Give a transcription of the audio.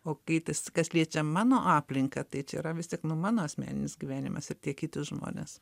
o kai tas kas liečia mano aplinką tai čia yra vis tik nu mano asmeninis gyvenimas ir tie kiti žmonės